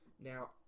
Now